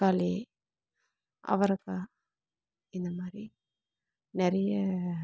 தக்காளி அவரைக்கா இந்த மாதிரி நிறைய